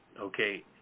okay